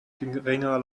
geringer